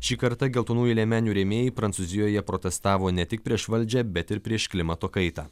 šį kartą geltonųjų liemenių rėmėjai prancūzijoje protestavo ne tik prieš valdžią bet ir prieš klimato kaitą